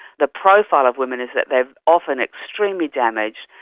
the profile of women is that they're often extremely damaged,